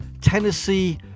Tennessee